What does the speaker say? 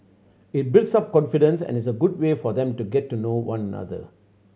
it builds up confidence and is a good way for them to get to know one another